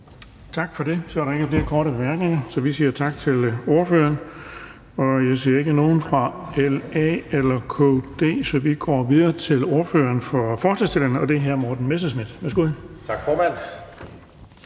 Tak for det. Så er der ikke flere korte bemærkninger. Så vi siger tak til ordføreren. Jeg ser ikke nogen fra LA eller KD, så vi går videre til ordføreren for forslagsstillerne, og det er hr. Morten Messerschmidt. Værsgo. Kl.